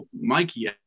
Mikey